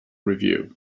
review